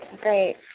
Great